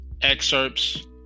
excerpts